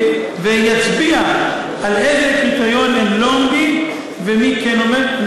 ויצביע באיזה קריטריון הם לא עומדים ומי כן עומד.